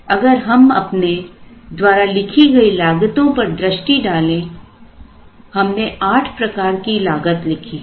अगर हम अपने द्वारा लिखी गई लागतों पर दष्टि डालें हम ने आठ प्रकार की लागत लिखी है